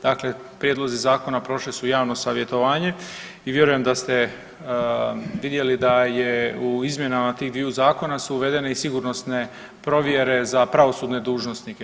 Dakle, prijedlozi zakona prošli su javno savjetovanje i vjerujem da ste vidjeli da je u izmjenama tih dviju zakona su uvedene i sigurnosne provjere za pravosudne dužnosnike.